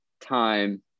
time